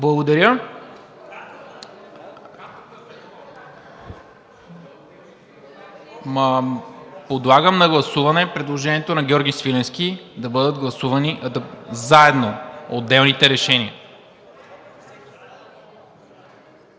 Благодаря. Подлагам на гласуване предложението на Георги Свиленски да бъдат гласувани заедно отделните решения.